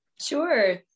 Sure